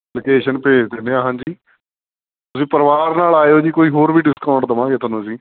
location ਭੇਜ ਦਿੰਦੇ ਹਾਂ ਹਾਂਜੀ ਤੁਸੀਂ ਪਰਿਵਾਰ ਨਾਲ ਆਇਓ ਜੀ ਕੋਈ ਹੋਰ ਵੀ ਡਿਸਕਾਊਂਟ ਦੇਵਾਂਗੇ ਤੁਹਾਨੂੰ ਅਸੀਂ